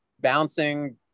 bouncing